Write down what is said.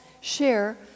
share